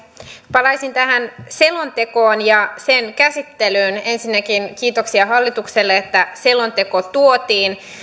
palaisin tähän selontekoon ja sen käsittelyyn ensinnäkin kiitoksia hallitukselle että selonteko tuotiin